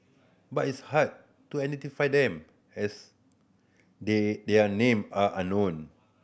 but it's hard to identify them as they their name are unknown